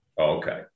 Okay